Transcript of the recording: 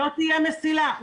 --- שלא תהיה מסילה.